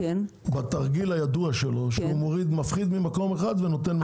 בתרגיל הידוע שלו שהוא מפחית ממקום אחד ונותן למקום שני,